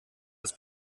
das